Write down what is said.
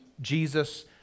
Jesus